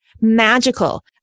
magical